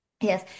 Yes